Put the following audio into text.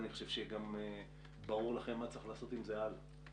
אני חושב שגם לכם ברור מה צריך לעשות עם זה הלאה.